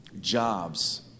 jobs